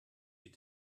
die